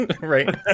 right